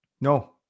No